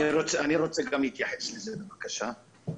אני רוצה גם להתייחס לזה, בבקשה.